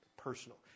personal